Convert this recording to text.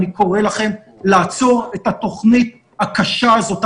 אני קורא לכם לעצור את התוכנית הקשה הזאת,